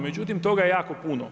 Međutim toga je jako puno.